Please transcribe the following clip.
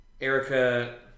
Erica